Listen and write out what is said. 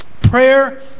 prayer